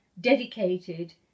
dedicated